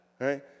Right